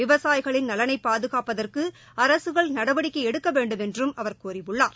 விவசாயிகளின் நலனை பாதுகாப்பதற்கு அரசுகள் நடவடிக்கை எடுக்க வேண்டுமென்றும் அவர் கோரியுள்ளார்